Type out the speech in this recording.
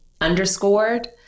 Underscored